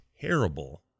terrible